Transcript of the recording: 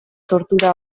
tortura